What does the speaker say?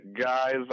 Guys